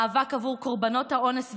מאבק עבור קורבנות האונס והאלימות,